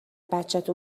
بچت